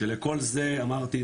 שלכל זה אמרתי,